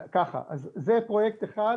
אז ככה, זה פרויקט אחד,